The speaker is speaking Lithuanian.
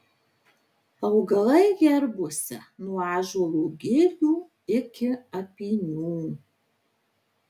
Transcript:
augalai herbuose nuo ąžuolo gilių iki apynių